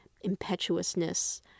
impetuousness